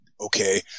okay